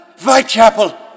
Whitechapel